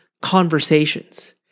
conversations